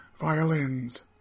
violins